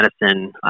Medicine